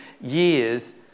years